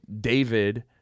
David